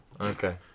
Okay